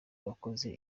wakoze